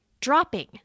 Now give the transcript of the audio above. dropping